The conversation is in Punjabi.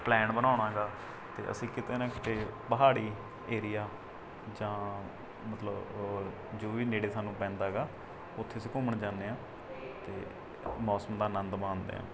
ਪਲੈਨ ਬਣਾਉਂਦਾ ਗਾ ਅਤੇ ਅਸੀਂ ਕਿਤੇ ਨਾ ਕਿਤੇ ਪਹਾੜੀ ਏਰੀਆ ਜਾਂ ਮਤਲਬ ਜੋ ਵੀ ਨੇੜੇ ਸਾਨੂੰ ਪੈਂਦਾ ਹੈਗਾ ਉੱਥੇ ਅਸੀਂ ਘੁੰਮਣ ਜਾਂਦੇ ਹਾਂ ਅਤੇ ਮੌਸਮ ਦਾ ਆਨੰਦ ਮਾਣਦੇ ਹਾਂ